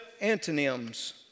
antonyms